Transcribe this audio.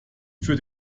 für